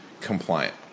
compliant